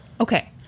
Okay